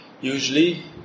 usually